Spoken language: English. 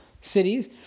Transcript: cities